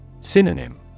Synonym